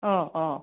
অঁ অঁ